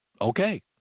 okay